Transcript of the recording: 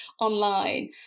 online